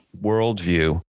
worldview